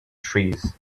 trees